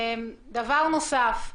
דבר נוסף,